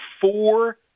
four